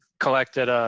collected ah